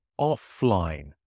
offline